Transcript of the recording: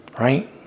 right